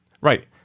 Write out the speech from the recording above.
Right